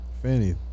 Fanny